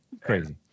crazy